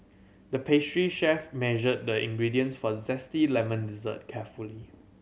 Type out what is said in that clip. the pastry chef measured the ingredients for zesty lemon dessert carefully